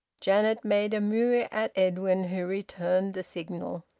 janet made a moue at edwin, who returned the signal.